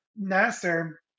Nasser